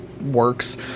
works